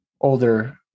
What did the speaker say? older